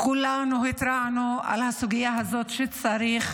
כולנו התרענו על הסוגיה הזאת, שצריך